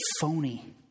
phony